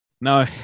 No